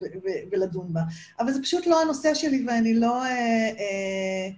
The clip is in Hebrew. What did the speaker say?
ולדון בה. אבל זה פשוט לא הנושא שלי ואני לא...